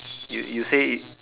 you you say